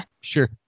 Sure